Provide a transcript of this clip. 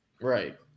Right